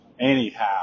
Anyhow